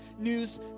news